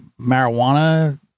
marijuana